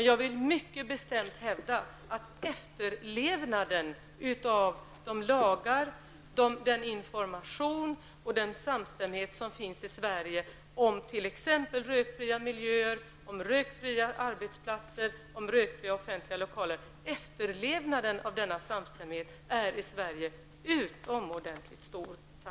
Jag vill mycket bestämt hävda att efterlevnaden och den samstämmighet som råder i Sverige tack och lov är utomordentligt stor i fråga om lagar och information, om rökfria miljöer och arbetsplatser, rökning i offentliga lokaler m.m.